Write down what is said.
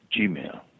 Gmail